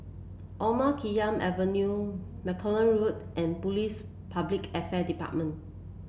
Omar Khayyam Avenue Malcolm Road and Police Public Affairs Department